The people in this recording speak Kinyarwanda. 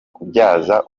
kubyaza